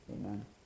Amen